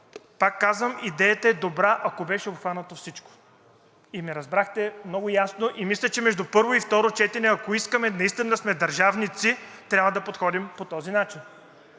Пак казвам, идеята е добра, ако беше обхванато всичко, и ме разбрахте много ясно. Мисля, че между първо и второ четене, ако искаме наистина да сме държавници, трябва да подходим по този начин.